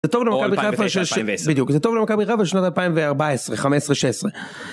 זה טוב למכבי חיפה של שנות 2014, 2015, 2016.